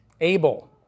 Abel